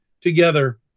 together